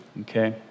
okay